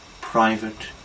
private